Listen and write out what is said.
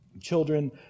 Children